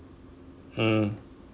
hmm